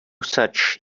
such